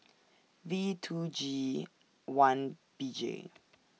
V two G one B J